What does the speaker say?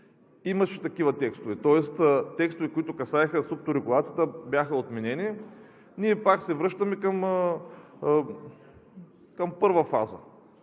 имаше такива текстове, тоест текстове, които касаеха СУПТО регулацията, бяха отменени. Ние пак се връщаме към първа фаза.